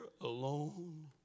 alone